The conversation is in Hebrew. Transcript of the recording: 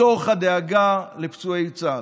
מתוך הדאגה לפצועי צה"ל.